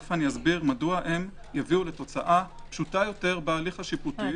שתכף אסביר מדוע הם יביאו לתוצאה פשוטה יותר בהליך השיפוטי.